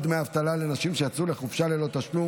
נסיבות מחמירות להסעה,